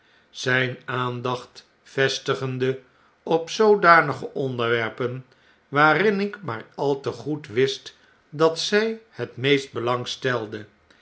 zyn aandacht vestigende op zopdanige onderwerpen waarin ik maar al te goed wist dat zy het meeste